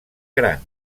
gran